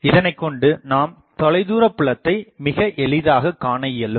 இதனைக்கொண்டு நாம் தொலைதூரப்புலத்தை மிகஎளிதாக காணஇயலும்